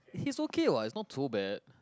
he's okay what is not too bad